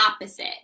opposite